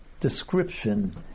description